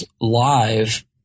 live